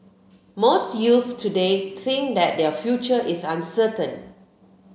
most youths today think that their future is uncertain